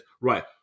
Right